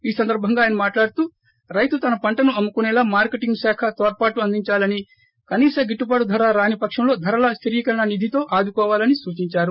ఈ సందర్భంగా అయన మాట్లాడుతూ రైతు తన పంటను అమ్ముకునేలా మార్కెటింగ్ శాఖ తోడ్పాటు అందించాలని కనీస గిట్లుబాటు ధర రాని పక్షంలో ధరల స్లిరీకరణ నిధితో ఆదుకోవాలని సూచిందారు